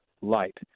light